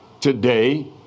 today